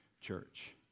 church